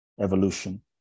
evolution